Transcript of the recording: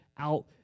out